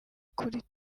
kuri